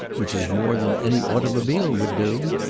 which is more than any automobile would do.